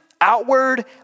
outward